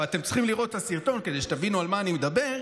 אתם צריכים לראות את הסרטון כדי שתבינו על מה אני מדבר,